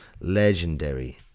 legendary